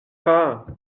pas